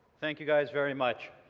thank you guys very much